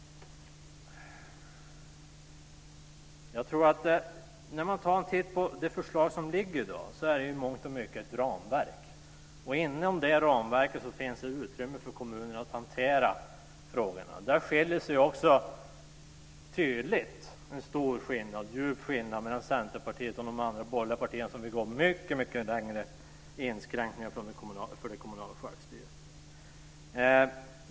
Jag går nu över till repliken. Det förslag som föreligger i dag är i mångt och mycket ett ramverk. Inom det ramverket finns det utrymme för kommunerna att hantera frågorna. Där syns också tydligt en stor och djup skillnad mellan Centerpartiet och de andra borgerliga partierna, som vill gå mycket längre i inskränkningar för det kommunala självstyret.